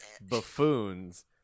buffoons